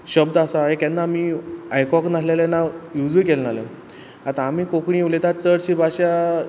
शब्द आसा ये केन्ना आमी आयकोंक नाल्हेले ना युजूय केल नाल्हे आतां आमी कोंकणी उलयता चडशी भाशा